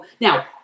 Now